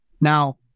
Now